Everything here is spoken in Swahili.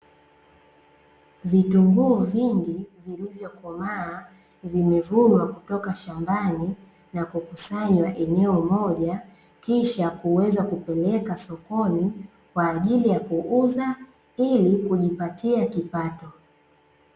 Vitunguu vingi vilivyokomaa, vimevunwa kutoka shambani na kukusanywa eneo moja, kisha kuweza kupeleka sokoni kwa ajili ya kuuza ili kujipatia kipato.